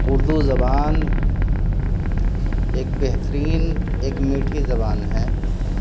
اردو زبان ایک بہترین ایک میٹھی زبان ہے